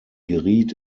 geriet